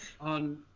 on